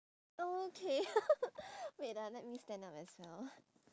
oh okay wait ah let me stand up as well